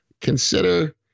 Consider